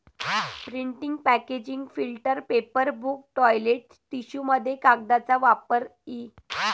printing packaging filter paper book toilet टिश्यूमध्ये कागदाचा वापर इ